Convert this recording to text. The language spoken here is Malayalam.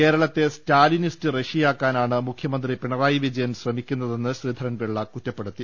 കേരളത്തെ സ്റ്റാലിനിസ്റ്റ് റഷ്യ യാക്കാനാണ് മുഖ്യമന്ത്രി പിണറായി വിജയൻ ശ്രമിക്കുന്നതെന്ന് ശ്രീധ രൻപിള്ള കുറ്റപ്പെടുത്തി